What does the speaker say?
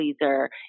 pleaser